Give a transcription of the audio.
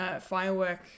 Firework